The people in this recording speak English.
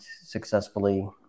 successfully